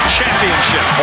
Championship